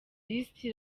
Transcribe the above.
lisiti